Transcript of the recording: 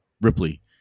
Ripley